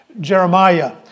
Jeremiah